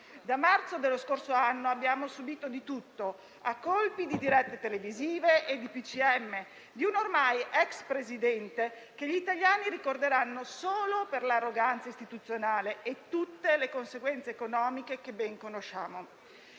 Da marzo dello scorso anno abbiamo subito di tutto, a colpi di dirette televisive e di DPCM di un ormai ex Presidente che gli italiani ricorderanno solo per l'arroganza istituzionale e per tutte le conseguenze economiche che ben conosciamo.